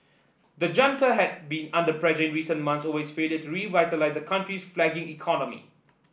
the junta had been under pressure in recent months over its failure to revitalise the country's flagging economy